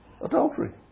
Adultery